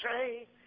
say